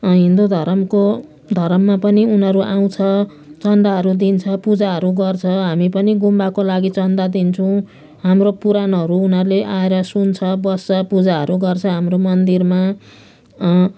हिन्दू धर्मको धर्ममा पनि उनीहरू आउँछ चन्दाहरू दिन्छ पूजाहरू गर्छ हामी पनि गुम्बाको लागि चन्दा दिन्छौँ हाम्रो पुराणहरू उनीहरूले आएर सुन्छ बस्छ पूजाहरू गर्छ हाम्रो मन्दिरमा